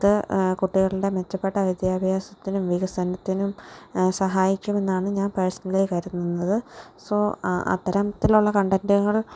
അത് കുട്ടികളുടെ മെച്ചപ്പെട്ട വിദ്യാഭ്യാസത്തിനും വികസനത്തിനും സഹായിക്കുമെന്നാണ് ഞാൻ പേഴ്സണലി കരുതുന്നത് സോ അത്തരത്തിലുള്ള കണ്ടൻറ്റുകൾ